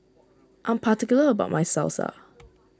I am particular about my Salsa